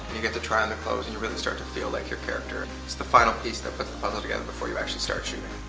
you get to try on the clothes and you really start to feel like your character. it's the final piece that puts the puzzle together before you actually start shooting.